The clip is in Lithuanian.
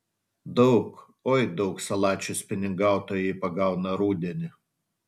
daug oi daug salačių spiningautojai pagauna rudenį